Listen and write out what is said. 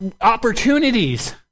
opportunities